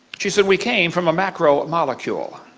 she said, we came from a macro-molecule.